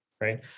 right